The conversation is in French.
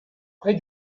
près